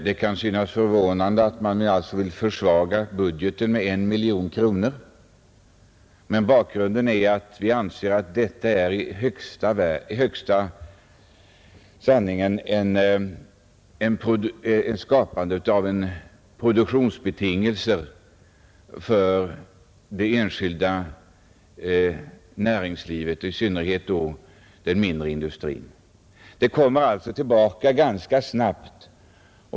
Det kan synas förvånande att man vill försvaga budgeten med 1 miljon kronor, men bakgrunden är att vi anser att den föreslagna åtgärden i högsta grad innebär ett skapande av bättre produktionsbetingelser för det enskilda näringslivet, i synnerhet då den mindre industrin. Pengarna kommer alltså tillbaka ganska snabbt.